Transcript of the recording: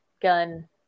gun